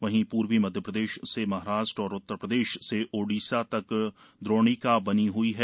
वहीं पूर्वी मध्यप्रदेश से महाराष्ट्र और उत्तरप्रदेश से उड़ीसा तक द्रोणिका बनी हुई है